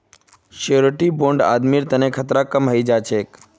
surety bond आदमीर तना खतरा कम हई जा छेक